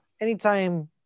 anytime